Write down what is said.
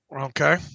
Okay